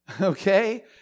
okay